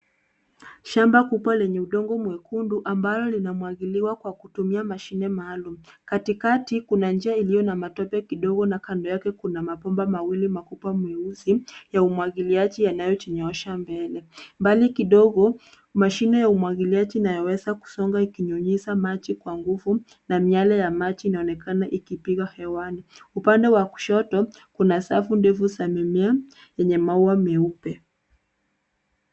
Shamba kubwa lenye udongo mwekundu ambalo linamwagiliwa kwa kutumia mashine maalum. Katikati, kuna njia iliyo na mapepe kidogo na kando yake kuna mabomba mawili makubwa meusi ya umwagiliaji yanayojinyoosha mbele. Mbali kidogo, mashine ya umwagiliaji yanaweza kusonga ikinyunyiza maji kwa nguvu na miale ya maji inaonekana ikipiga hewani. Upande wa kushoto kuna safu ndefu za mimea yenye maua meupe.